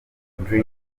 dream